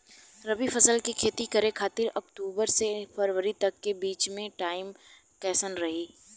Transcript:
रबी फसल के खेती करे खातिर अक्तूबर से फरवरी तक के बीच मे टाइम कैसन रही?